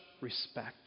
respect